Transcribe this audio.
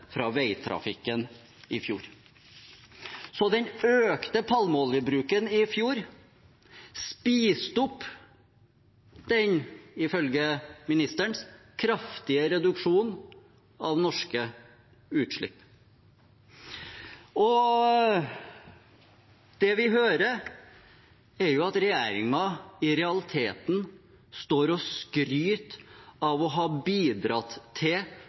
fra veitrafikken i fjor. Den økte palmeoljebruken i fjor spiste opp den, ifølge ministeren, kraftige reduksjonen av norske utslipp. Det vi hører, er at regjeringen i realiteten står og skryter av å ha bidratt til